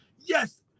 yes